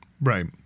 right